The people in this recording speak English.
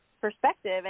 perspective